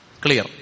Clear